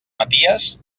maties